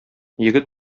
егет